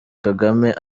kagame